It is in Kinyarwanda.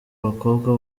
abakobwa